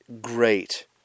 Great